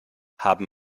haben